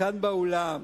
כאן באולם?